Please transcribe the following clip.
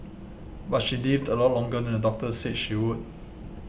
but she lived a lot longer than the doctor said she would